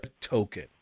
token